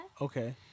okay